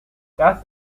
das